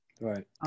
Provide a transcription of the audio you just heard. right